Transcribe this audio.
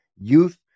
youth